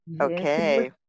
Okay